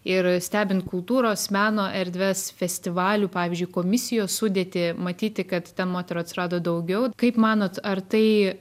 ir stebint kultūros meno erdves festivalių pavyzdžiui komisijos sudėtį matyti kad ten moterų atsirado daugiau kaip manot ar tai